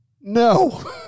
No